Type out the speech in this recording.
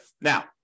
Now